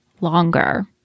longer